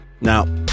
Now